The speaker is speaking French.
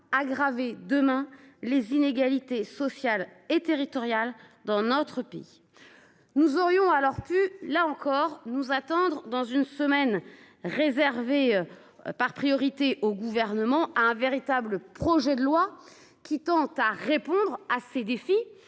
d'aggraver les inégalités sociales et territoriales dans notre pays. Nous aurions pu, là encore, nous attendre, dans le cadre d'une semaine réservée par priorité au Gouvernement, à un véritable projet de loi, visant à répondre à ces défis.